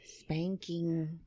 spanking